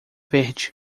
verde